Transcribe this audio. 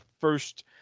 first